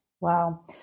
Wow